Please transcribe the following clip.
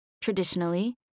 Traditionally